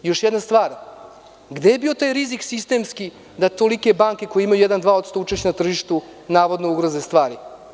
Još jedna stvar, gde je bio taj rizik sistemski da tolike banke koje imaju jedan ili dva posto učešća na tržištu navodno ugroze stvari.